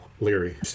Leary